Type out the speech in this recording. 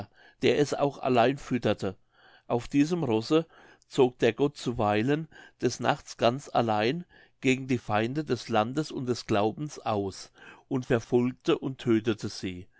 der es auch allein fütterte auf diesem rosse zog der gott zuweilen des nachts ganz allein gegen die feinde des landes und des glaubens aus und verfolgte und tödtete sie